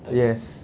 yes